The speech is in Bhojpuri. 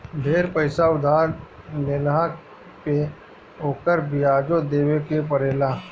ढेर पईसा उधार लेहला पे ओकर बियाजो देवे के पड़ेला